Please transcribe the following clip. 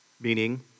meaning